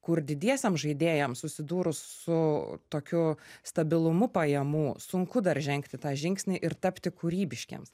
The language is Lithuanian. kur didiesiem žaidėjams susidūrus su tokiu stabilumu pajamų sunku dar žengti tą žingsnį ir tapti kūrybiškiems